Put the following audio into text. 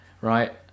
Right